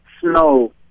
snow